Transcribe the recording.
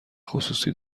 خصوصی